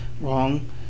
wrong